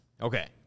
Okay